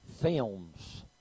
films